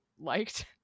liked